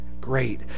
Great